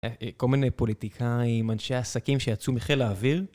כל מיני פוליטיקאים, אנשי עסקים שיצאו מחיל האוויר.